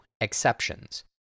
Exceptions